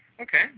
Okay